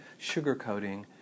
sugarcoating